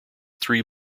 three